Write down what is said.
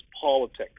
politics